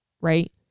Right